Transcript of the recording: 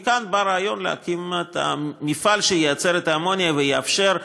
מכאן בא הרעיון להקים את המפעל שייצר את האמוניה ויאפשר,